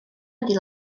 ydi